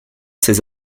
ses